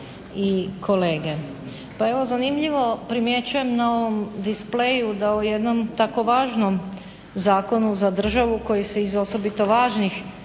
i kolege. Pa evo zanimljivo, primjećujem na ovom displeju da o jednom tako važnom zakonu za državu koji se iz osobito važnih